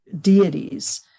deities